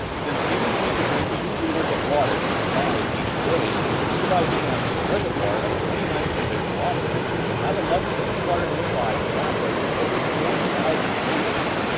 since humans need to drink two liters of water to survive each day and the nearby dam has a reservoir of twenty nine cubic kilometers, we could have enough drinking water nearby to last us for over four thousand years.